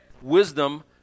wisdom